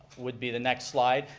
would be the next slide,